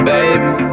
Baby